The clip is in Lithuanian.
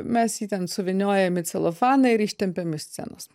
mes jį ten suvyniojam į celofaną ir ištempiam iš scenos